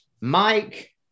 Mike